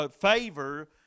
favor